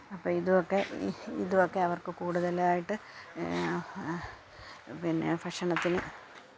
അപ്പോള് ഇതുവൊക്കെ ഇതുമൊക്കെ അവർക്ക് കൂടുതലായിട്ട് പിന്നെ ഭക്ഷണത്തിന്